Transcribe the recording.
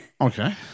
Okay